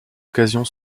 occasion